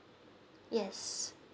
yes